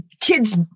Kids